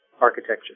architecture